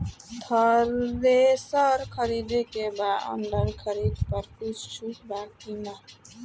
Thresher खरीदे के बा ऑनलाइन खरीद पर कुछ छूट बा कि न?